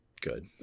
good